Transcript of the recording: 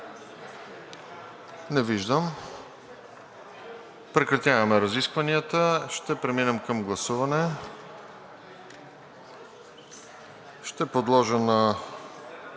Не виждам. Прекратяваме разискванията. Ще преминем към гласуване. Ще подложа на